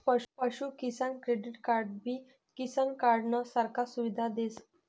पशु किसान क्रेडिट कार्डबी किसान कार्डनं सारखा सुविधा देस